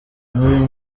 n’uyu